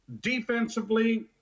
defensively